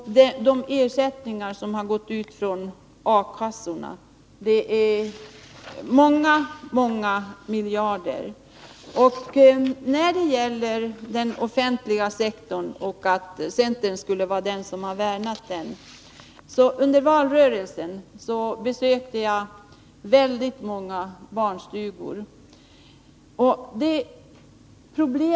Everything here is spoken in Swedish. De ersättningar som har utbetalats från A-kassorna uppgår till många miljarder kronor. Karin Söder påstår att centern vill värna om den offentliga sektorn. Under valrörelsen besökte jag väldigt många barnstugor.